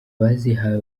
abazihawe